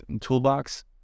toolbox